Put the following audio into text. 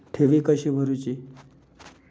ठेवी कशी भरूची?